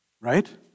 Right